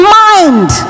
mind